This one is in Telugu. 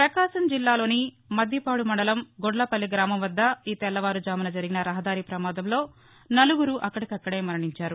ప్రపకాశం జిల్లాలోని మద్దిపాడు మండలం గుండ్లపల్లి గ్రామం వద్ద ఈ తెల్లవారుఝామున జరిగిన రహదారి ప్రమాదంలో నలుగురు అక్కడికక్కడే మరణించారు